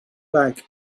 back